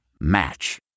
Match